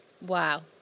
Wow